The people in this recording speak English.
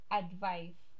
advice